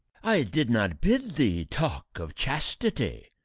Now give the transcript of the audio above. i did not bid thee talk of chastity,